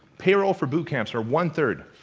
payroll for boot camps are one-third.